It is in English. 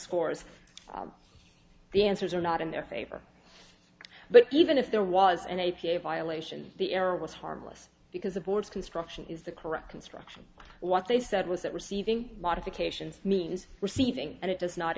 scores the answers are not in their favor but even if there was an a p a violation the error was harmless because the board's construction is the correct construction what they said was that receiving modification means receiving and it does not